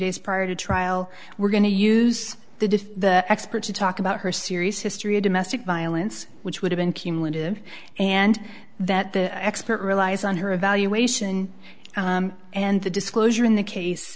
days prior to trial we're going to use the diff expert to talk about her serious history of domestic violence which would have been cumulative and that the expert relies on her evaluation and the disclosure in the case